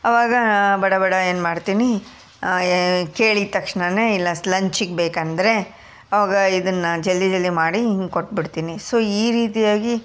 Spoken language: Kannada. ಅವಾಗ ಬಡ ಬಡ ಏನು ಮಾಡ್ತೀನಿ ಎ ಕೇಳಿದ ತಕ್ಷಣನೇ ಇಲ್ಲ ಲಂಚಿಗೆ ಬೇಕಂದರೆ ಅವಾಗ ಇದನ್ನು ಜಲ್ದಿ ಜಲ್ದಿ ಮಾಡಿ ಹಿಂಗೆ ಕೊಟ್ಬಿಡ್ತೀನಿ ಸೊ ಈ ರೀತಿಯಾಗಿ